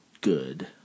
good